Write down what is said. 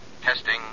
Testing